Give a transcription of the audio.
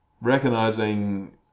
Recognizing